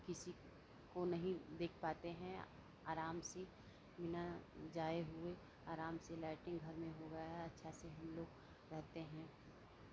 किसी को नहीं देख पाते हैं आराम से बिना जाये हुए आराम से लैट्रिन घर में हो गया अच्छा से हमलोग रहते हैं